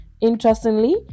Interestingly